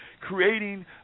creating